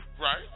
right